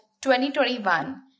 2021